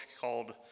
called